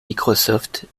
microsoft